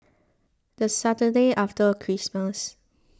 the Saturday after Christmas